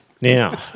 Now